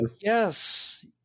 yes